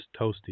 toasty